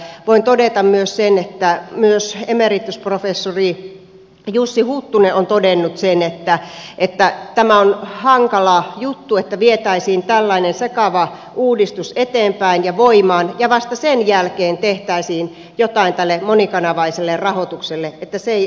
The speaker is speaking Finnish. voin todeta myös sen että myös emeritusprofessori jussi huttunen on todennut sen että tämä on hankala juttu että vietäisiin tällainen sekava uudistus eteenpäin ja voimaan ja vasta sen jälkeen tehtäisiin jotain tälle monikanavaiselle rahoitukselle että se ei oikein toimi